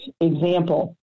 example